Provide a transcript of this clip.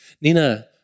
Nina